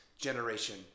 generation